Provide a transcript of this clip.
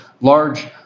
large